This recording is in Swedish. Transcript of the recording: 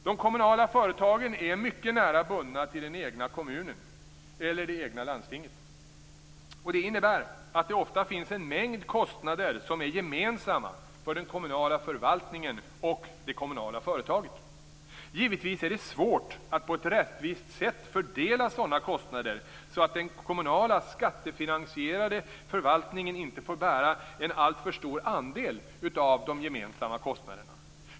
De kommunala företagen är mycket nära bundna till den egna kommunen eller det egna landstinget. Det innebär att det ofta finns en mängd kostnader som är gemensamma för den kommunala förvaltningen och det kommunala företaget. Givetvis är det svårt att på ett rättvist sätt fördela sådana kostnader så att den kommunala skattefinansierade förvaltningen inte får bära en alltför stor andel av de gemensamma kostnaderna.